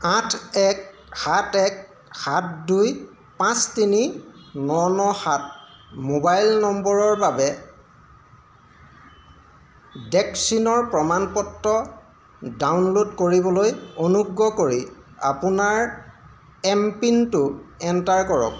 আঠ এক সাত এক সাত দুই পাঁচ তিনি ন ন সাত মোবাইল নম্বৰৰ বাবে ভেকচিনৰ প্ৰমাণ পত্ৰ ডাউনলোড কৰিবলৈ অনুগ্ৰহ কৰি আপোনাৰ এম পিনটো এণ্টাৰ কৰক